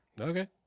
Okay